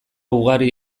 ugari